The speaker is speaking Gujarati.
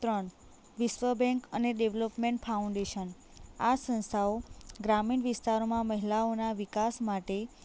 ત્રણ વિશ્વ બેન્ક અને ડેવલપમેન્ટ ફાઉન્ડેશન આ સંસ્થાઓ ગ્રામીણ વિસ્તારોમાં મહિલાઓના વિકાસ માટે